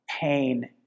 pain